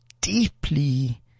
deeply